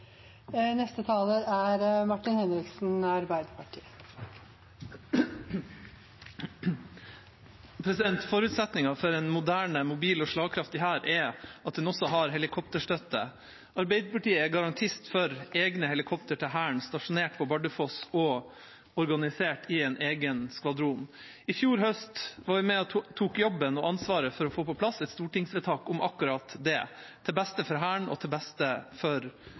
også har helikopterstøtte. Arbeiderpartiet er garantist for egne helikoptre til Hæren, stasjonert på Bardufoss og organisert i en egen skvadron. I fjor høst var vi med og tok jobben og ansvaret for å få på plass et stortingsvedtak om akkurat det – til beste for Hæren og til beste for